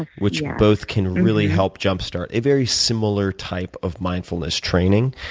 which both can really help jumpstart a very similar type of mindfulness training.